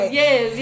yes